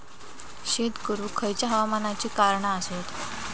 शेत करुक खयच्या हवामानाची कारणा आसत?